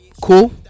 cool